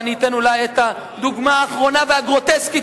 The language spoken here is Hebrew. אני אתן את הדוגמה האחרונה והגרוטסקית